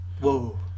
Whoa